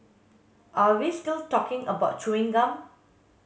are we still talking about chewing gum